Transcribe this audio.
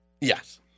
Yes